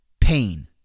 pain